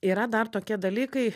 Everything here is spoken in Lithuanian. yra dar tokie dalykai